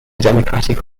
democratic